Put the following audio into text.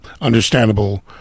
understandable